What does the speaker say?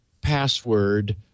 password